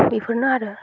बेफोरनो आरो